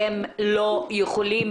והם לא יכולים,